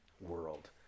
world